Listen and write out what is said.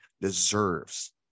deserves